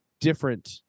different